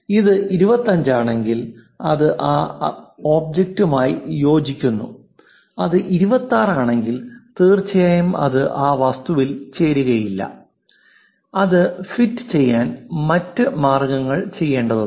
ഇത് 25 ആണെങ്കിൽ അത് ആ ഒബ്ജക്റ്റുമായി യോജിക്കുന്നു അത് 26 ആണെങ്കിൽ തീർച്ചയായും അത് ആ വസ്തുവിൽ ചേരുകയില്ല അത് ഫിറ്റ് ചെയ്യാൻ മറ്റ് മാർഗ്ഗങ്ങൾ ചെയ്യേണ്ടതുണ്ട്